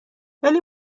ولی